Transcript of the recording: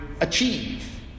achieve